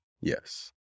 Yes